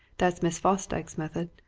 that's miss fosdyke's method.